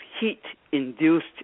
heat-induced